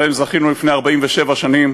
שבהם זכינו לפני 47 שנים,